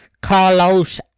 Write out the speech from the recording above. Carlos